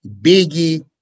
Biggie